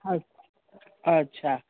अच्छा अच्छा